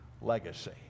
legacy